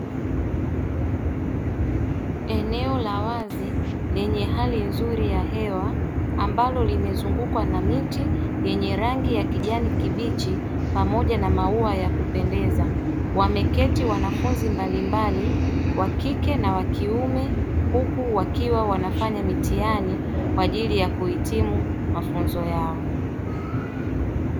Eneo la wazi lenye hali nzuri ya hewa ambalo limezungukwa na miti yenye rangi ya kijani kibichi pamoja na maua ya kupendeza. Wameketi wanafunzi mbalimbali wa kike na kiume huku wakiwa wanafanya mitihani kwa ajili ya kuhitimu mafunzo yao.